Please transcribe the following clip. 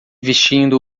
vestindo